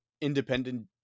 independent